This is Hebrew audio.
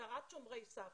הכשרת שומרי סף,